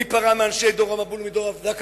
מי שפרע מאנשי דור המבול ומאנשי דור הפלגה?